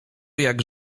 jak